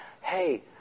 hey